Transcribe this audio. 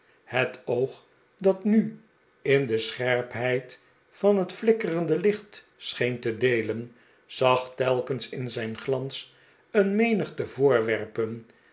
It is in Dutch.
het oog dat nu in de scherpheid van het flikkerende licht scheen te deelen zag telkens in zijn glans een menigte voorwerpen